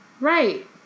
right